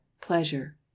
pleasure